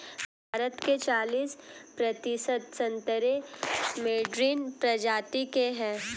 भारत के चालिस प्रतिशत संतरे मैडरीन प्रजाति के हैं